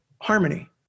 harmony